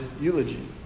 eulogy